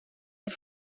het